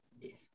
Yes